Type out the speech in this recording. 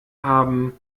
haben